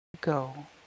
Go